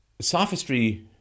sophistry